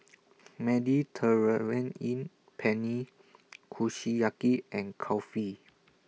Mediterranean Penne Kushiyaki and Kulfi